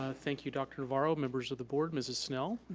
thank you, dr. navarro, members of the board, mrs. snell,